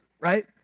right